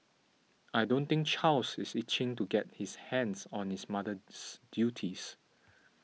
I don't think Charles is itching to get his hands on his mother's duties